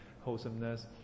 wholesomeness